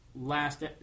last